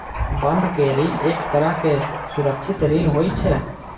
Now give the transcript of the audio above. बंधक ऋण एक तरहक सुरक्षित ऋण होइ छै